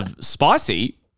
Spicy